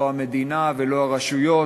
לא המדינה ולא הרשויות,